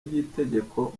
ry’itegeko